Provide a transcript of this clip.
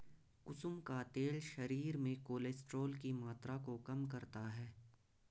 कुसुम का तेल शरीर में कोलेस्ट्रोल की मात्रा को कम करता है